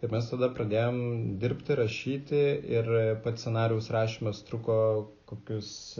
ir mes tada pradėjom dirbti rašyti ir pats scenarijaus rašymas truko kokius